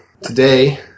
Today